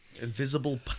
Invisible